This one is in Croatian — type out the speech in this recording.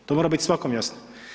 To mora bit svakom jasno.